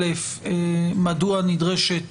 מדוע נדרשת